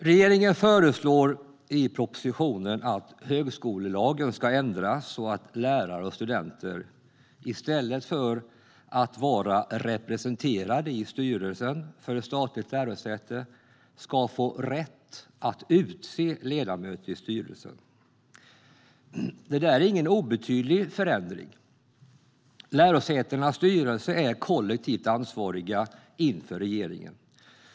Regeringen föreslår i propositionen att högskolelagen ska ändras så att lärare och studenter i stället för att vara representerade i styrelsen för ett statligt lärosäte ska få rätt att utse ledamöter i styrelsen. Det där är ingen obetydlig förändring. Lärosätenas styrelser är kollektivt ansvariga inför regeringen.